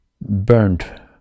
burned